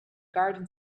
garden